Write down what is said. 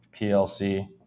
PLC